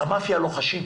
במאפיה לוחשים,